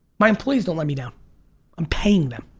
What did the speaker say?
my employees don't let me down i'm paying them